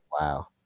Wow